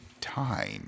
time